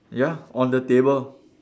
ya on the table